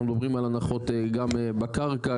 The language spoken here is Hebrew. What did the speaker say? אנחנו מדברים על הנחות גם בקרקע,